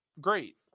great